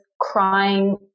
crying